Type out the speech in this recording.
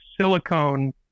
silicone